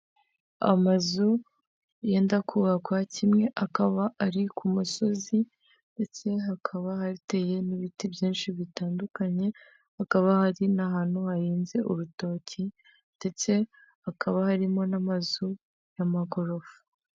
Amazu yenda kubakwa kimwe, akaba ari ku musozi ndetse hakaba hateye n'ibiti byinshi bitandukanye, hakaba hari n'ahantu hahinze urutoki ndetse hakaba harimo n'amazu y'amagorofa.